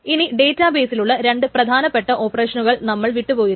ഇനി ഡേറ്റാബേസിലുള്ള രണ്ടു പ്രധാനപ്പെട്ട ഓപ്പറേഷനുകൾ നമ്മൾ വിട്ടുപോയിരുന്നു